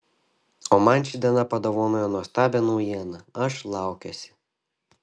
o man ši diena padovanojo nuostabią naujieną aš laukiuosi